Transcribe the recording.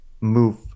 move